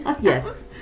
Yes